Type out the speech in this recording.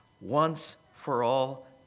once-for-all